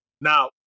now